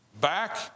back